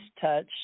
touch